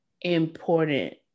important